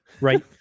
Right